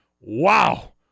Wow